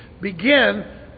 begin